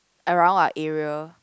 around our area